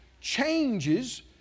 changes